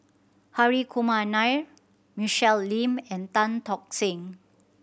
Hri Kumar Nair Michelle Lim and Tan Tock Seng